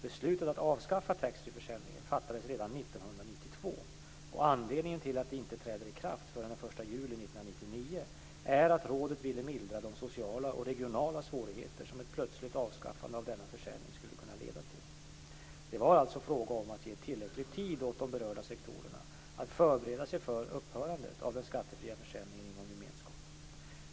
Beslutet att avskaffa taxfreeförsäljningen fattades redan 1992 och anledningen till att det inte träder i kraft förrän den 1 juli 1999 är att rådet ville mildra de sociala och regionala svårigheter som ett plötsligt avskaffande av denna försäljning skulle kunna leda till. Det var alltså fråga om att ge tillräcklig tid åt de berörda sektorerna att förbereda sig för upphörandet av den skattefria försäljningen inom gemenskapen.